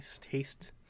taste